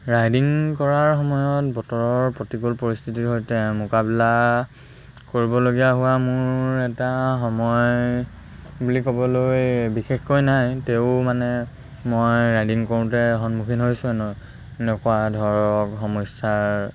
riding কৰাৰ সময়ত বতৰৰ প্ৰতিকূল পৰিস্থিতিৰ সৈতে মোকাবিলা কৰিবলগীয়া হোৱা মোৰ এটা সময় বুলি ক'বলৈ বিশেষকৈ নাই তেও মানে মই ৰাইডিং কৰোঁতে সন্মুখীন হৈছোঁ ন এনেকুৱা ধৰক সমস্যাৰ